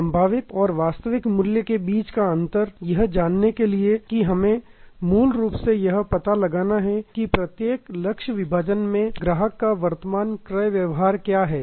संभावित और वास्तविक मूल्य के बीच का अंतर यह जानने के लिए कि हमें मूल रूप से यह पता लगाना है कि प्रत्येक लक्ष्य विभाजन में ग्राहक का वर्तमान क्रय व्यवहार क्या है